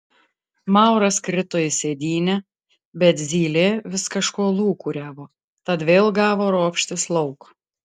mauras krito į sėdynę bet zylė vis kažko lūkuriavo tad vėl gavo ropštis lauk